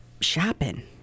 shopping